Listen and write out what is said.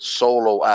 solo